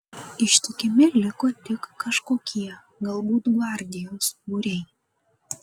ištikimi liko tik kažkokie galbūt gvardijos būriai